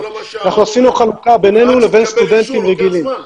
אנחנו עשינו חלוקה בינינו לבין סטודנטים רגילים.